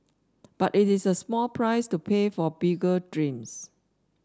but it is a small price to pay for bigger dreams